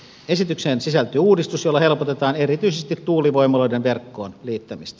esitykseen sisältyy uudistus jolla helpotetaan erityisesti tuulivoimaloiden verkkoon liittämistä